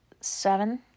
seven